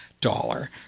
dollar